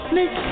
Miss